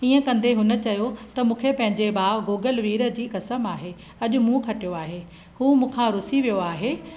ईअं कंदे हुन चयो त मूंखे पंहिंजे भाउ गोगल वीर जी क़समु आहे अॼु मूं खटियो आहे हू मूखां रुसी वियो आहे